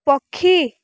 ପକ୍ଷୀ